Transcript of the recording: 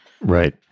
Right